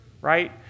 right